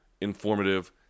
informative